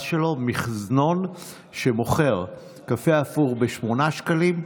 שלו מזנון שמוכר קפה הפוך ב-8 שקלים,